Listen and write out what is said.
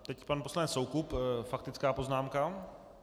Teď pan poslanec Soukup faktická poznámka.